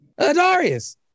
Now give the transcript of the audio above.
Adarius